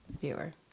Viewer